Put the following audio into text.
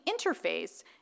interface